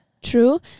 true